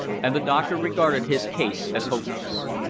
and the doctor regarded his case as hopeless.